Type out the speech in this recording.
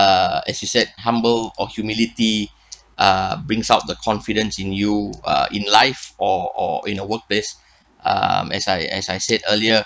err as you said humble or humility uh brings out the confidence in you uh in life or or in a workplace um as I as I said earlier